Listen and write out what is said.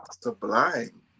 Sublime